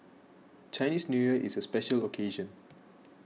Chinese New Year is a special occasion